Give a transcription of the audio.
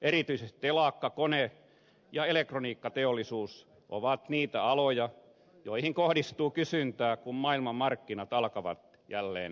erityisesti telakka kone ja elektroniikkateollisuus ovat niitä aloja mihin kohdistuu kysyntää kun maailmanmarkkinat alkavat jälleen vetää